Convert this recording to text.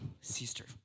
sister